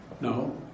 No